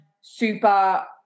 super